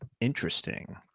interesting